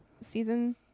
season